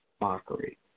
mockery